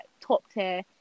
top-tier